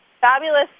fabulous